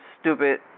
stupid